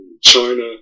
China